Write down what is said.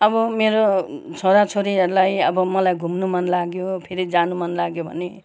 अब मेरो छोराछोरीहरूलाई अब मलाई घुम्नु मन लाग्यो फेरि जानु मन लाग्यो भने